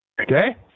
Okay